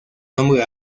nombre